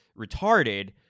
retarded